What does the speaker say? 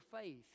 faith